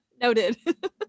Noted